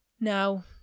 Now